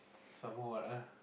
some more what ah